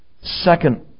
second